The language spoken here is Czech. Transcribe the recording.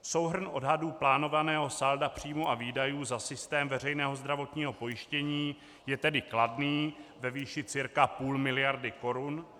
Souhrn odhadů plánovaného salda příjmů a výdajů za systém veřejného zdravotního pojištění je tedy kladný, ve výši cirka půl miliardy korun.